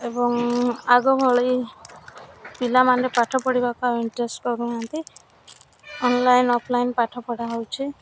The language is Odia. ଏବଂ ଆଗ ଭଳି ପିଲା ମାନେ ପାଠ ପଢ଼ିବା ପାଇଁ ଇଣ୍ଟ୍ରେଷ୍ଟ କରୁନାହାନ୍ତି ଅନଲାଇନ୍ ଅଫଲାଇନ୍ ପାଠ ପଢ଼ା ହେଉଛି